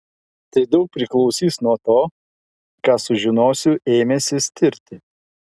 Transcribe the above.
tai daug priklausys nuo to ką sužinosiu ėmęsis tirti